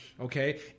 okay